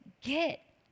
get